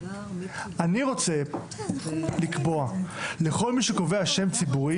אני רוצה לקבוע לכל מי שקובע שם ציבורי